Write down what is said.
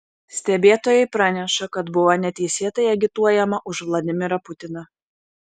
stebėtojai praneša kad buvo neteisėtai agituojama už vladimirą putiną